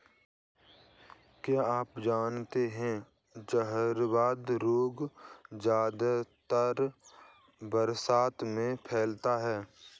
क्या आप जानते है जहरवाद रोग ज्यादातर बरसात में फैलता है?